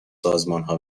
سازمانها